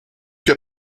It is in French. qu’à